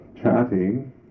Chatting